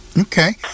Okay